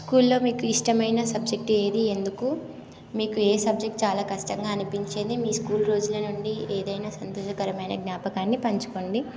స్కూల్లో మీకు ఇష్టమైన సబ్జెక్టు ఏది ఎందుకు మీకు ఏ సబ్జెక్ట్ చాలా కష్టంగా అనిపించింది మీ స్కూల్ రోజుల నుండి ఏదైనా సంతోషకరమైన జ్ఞాపకాన్ని పంచుకోండి